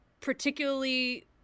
particularly